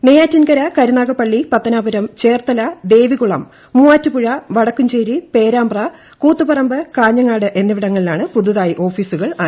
നെയ്യാറ്റിൻകര കരുനാഗപ്പള്ളി പത്തനാപുരം ചേർത്തല ദേവികുളം മൂവാറ്റുപുഴ വടക്കുംചേരി പേരാമ്പ്ര കൂത്തുപറമ്പ് കാഞ്ഞങ്ങാട് എന്നിവിടങ്ങളിലാണ് പുതുതായി ഓഫീസുകൾ ആരംഭിക്കുന്നത്